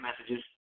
messages